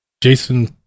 Jason